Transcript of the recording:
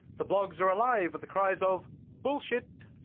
the blogs are alive with the cries of bullshit.